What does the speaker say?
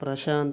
Prashanth